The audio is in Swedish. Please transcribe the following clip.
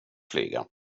flyga